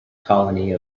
colony